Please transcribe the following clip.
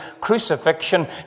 crucifixion